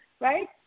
right